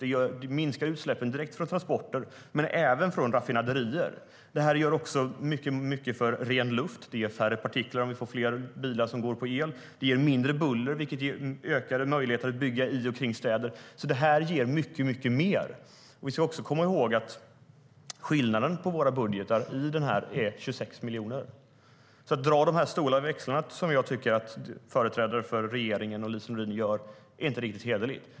Det minskar direkt utsläppen från transporter, men även från raffinaderier. Det här gör också mycket för ren luft. Det blir färre partiklar om vi får fler bilar som går på el. Det ger mindre buller, vilket ger ökade möjligheter att bygga i och kring städer. Det här ger alltså mycket mer. Vi ska också komma ihåg att skillnaden på våra budgetar är 26 miljoner. Att dra stora växlar på detta, vilket jag tycker att Lise Nordin och företrädare för regeringen gör, är inte riktigt hederligt.